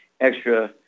extra